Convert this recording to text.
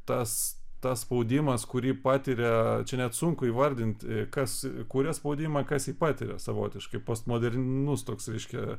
tas tas spaudimas kurį patiria čia net sunku įvardinti kas kuria spaudimą kas patiria savotiškai postmodernus toks reiškia